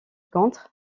contre